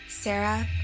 Sarah